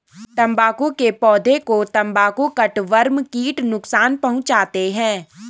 तंबाकू के पौधे को तंबाकू कटवर्म कीट नुकसान पहुंचाते हैं